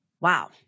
Wow